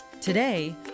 Today